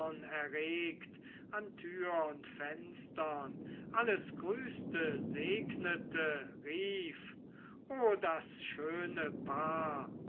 an tür und fenstern alles grüßte segnete rief o das schöne paar